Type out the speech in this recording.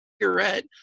Cigarette